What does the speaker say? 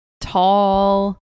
tall